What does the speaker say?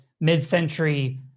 mid-century